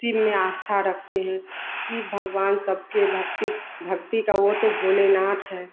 शिव में आस्था रखते हैं शिव भगवान सबकी भक्ति भक्ति का वह तो भोलेनाथ हैं